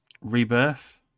Rebirth